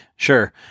Sure